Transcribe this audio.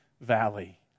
valley